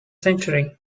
century